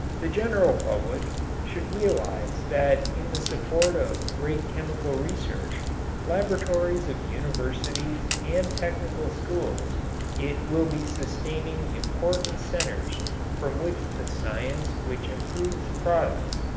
the general public should realize that in the support of great chemical research laboratories of universities and technical schools it will be sustaining important centers from which the science which improves products,